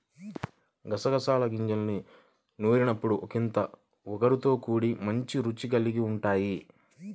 గసగసాల గింజల్ని నూరినప్పుడు ఒకింత ఒగరుతో కూడి మంచి రుచిని కల్గి ఉంటయ్